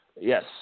Yes